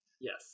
yes